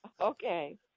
okay